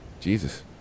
jesus